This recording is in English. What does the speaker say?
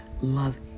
love